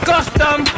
Custom